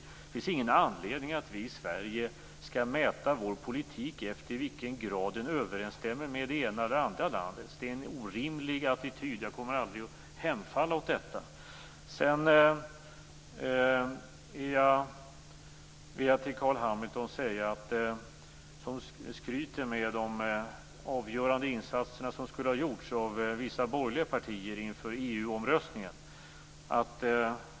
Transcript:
Men det finns ingen anledning för oss i Sverige att mäta vår politik efter i vilken grad den överensstämmer med det ena eller det andra landets politik. Det är en orimlig attityd. Jag kommer aldrig att hemfalla åt något sådant. Carl Hamilton skryter med de avgörande insatser som skulle ha gjorts av vissa borgerliga partier inför EU-omröstningen.